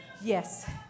Yes